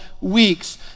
weeks